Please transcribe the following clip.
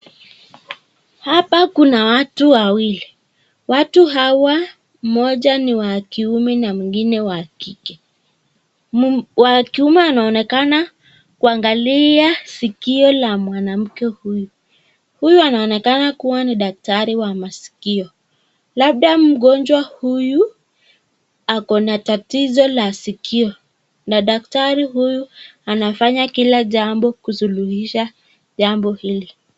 Hapa Kuna watu wawili , watu hawa mmoja ni wa kiume na mwingine wa wakike. Wakiume anaonekana kuangalia sikio la mwanamke huyu. Huyu anaonekana kuwa dakitari wa masikio, labda mgonjwa huyu akona tatizo la sikio, na dakitari huyu anafanya kila jambo kusuluisha jambo hili.